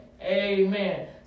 Amen